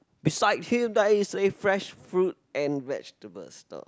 beside him there is a fresh fruit and vegetables stall